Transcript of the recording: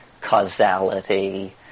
causality